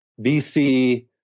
VC